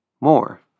more